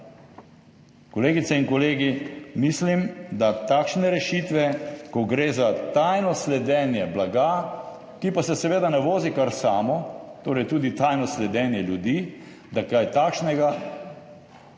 Kolegice in kolegi, mislim, da takšne rešitve, ko gre za tajno sledenje blagu, ki pa se seveda ne vozi kar samo, torej tudi tajno sledenje ljudem, da kaj takšnega